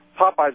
Popeye's